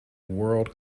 world